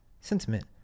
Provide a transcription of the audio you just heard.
sentiment